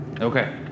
Okay